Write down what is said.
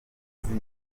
wanjye